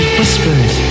whispered